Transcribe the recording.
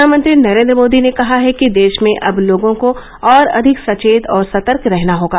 प्रधानमंत्री नरेन्द्र मोदी ने कहा है कि देश में अब लोगों को और अधिक सचेत और सतर्क रहना होगा